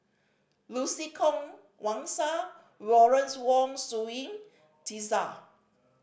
Lucy Koh Wang Sha Lawrence Wong Shyun Tsai